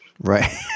Right